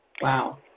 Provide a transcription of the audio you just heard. Wow